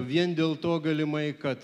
vien dėl to galimai kad